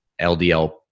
LDL